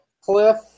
cliff